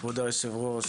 כבוד היושב-ראש,